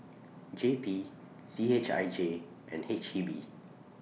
J P C H I J and H E B